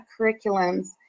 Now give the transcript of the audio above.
curriculums